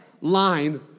line